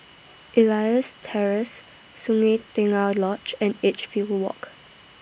Elias Terrace Sungei Tengah Lodge and Edgefield Walk